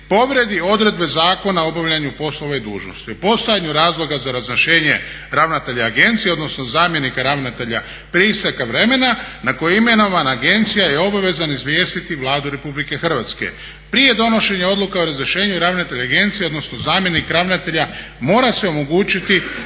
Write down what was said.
povrijedi odredbe Zakona o obavljanju poslova i dužnosti. O postojanju razloga za razrješenje ravnatelja agencije odnosno zamjenika ravnatelja prije isteka vremena na koje je imenovan agencija je obvezna izvijestiti Vladu Republike Hrvatske. Prije donošenja odluke o razrješenju ravnatelj agencije odnosno zamjenik ravnatelja mora se omogućiti